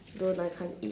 don't I can't eat